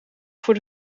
voor